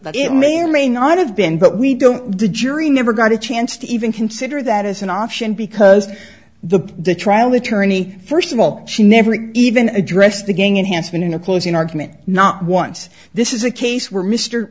but it may or may not have been but we don't do jury never got a chance to even consider that as an option because the the trial attorney first of all she never even addressed the gang enhancement in a closing argument not once this is a case where m